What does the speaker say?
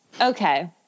Okay